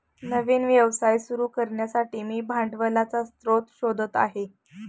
नवीन व्यवसाय सुरू करण्यासाठी मी भांडवलाचा स्रोत शोधत आहे